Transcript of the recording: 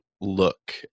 look